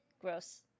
Gross